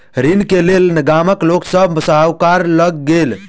ऋण के लेल गामक लोक सभ साहूकार लग गेल